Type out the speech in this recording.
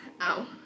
Ow